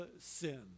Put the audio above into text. sin